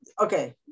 okay